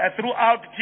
throughout